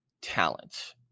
talent